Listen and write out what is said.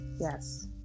yes